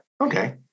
okay